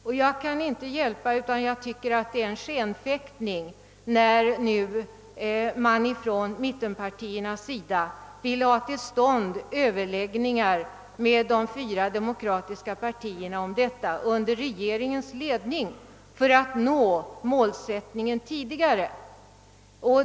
Och jag kan inte hjälpa att jag tycker att det är en skenfäktning när mittenpartierna nu vill ha till stånd överläggningar mellan de fyra demokratiska partierna om dessa frågor under regeringens ledning för att nå målet tidigare.